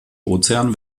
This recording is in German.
ozean